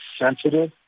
sensitive